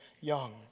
young